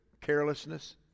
carelessness